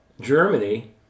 Germany